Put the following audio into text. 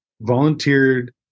volunteered